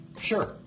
sure